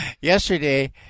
Yesterday